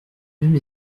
même